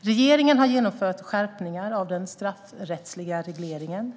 Regeringen har genomfört skärpningar av den straffrättsliga regleringen.